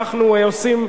אנחנו עושים,